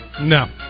No